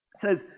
says